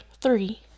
three